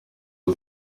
uwo